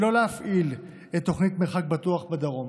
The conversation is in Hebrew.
שלא להפעיל את תוכנית מרחק בטוח בדרום.